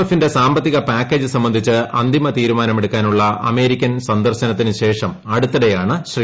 എഫിന്റെ സാമ്പത്തിക പാക്കേജ് സംബന്ധിച്ച് അന്തിമ തീരുമാന്റമെട്ടുക്കാനുള്ള അമേരിക്കൻ സന്ദർശനത്തിന്ശേഷം അടുത്തിടെയാണ് ശ്രീ